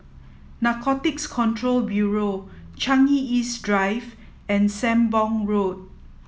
Narcotics Control Bureau Changi East Drive and Sembong Road